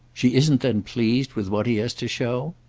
she isn't then pleased with what he has to show?